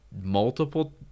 multiple